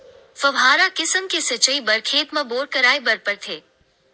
फव्हारा किसम के सिचई बर खेत म बोर कराए बर परथे